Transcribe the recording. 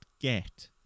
get